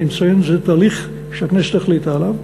אני מציין, זה תהליך שהכנסת החליטה עליו.